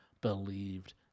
believed